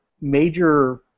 major